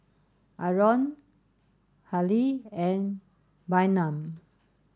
Aron Halley and Bynum